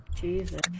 Jesus